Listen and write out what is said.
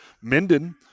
Minden